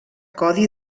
codi